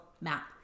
map